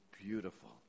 beautiful